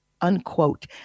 unquote